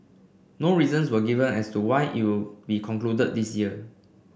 no reasons were given as to why it will be concluded this year